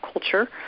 culture